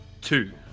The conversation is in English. two